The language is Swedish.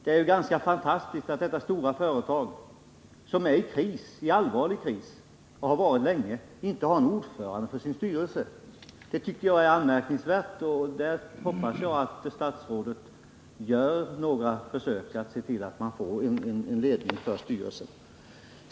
Det är ganska fantastiskt att detta stora företag, som är i allvarlig kris och har varit det länge, inte har en ordförande för sin styrelse. Det är anmärkningsvärt, och jag hoppas att statsrådet gör några försök att se till att man får en ledning för styrelsen.